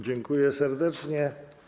Dziękuję serdecznie.